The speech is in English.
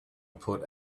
put